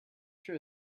sure